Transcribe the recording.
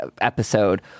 episode